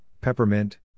peppermint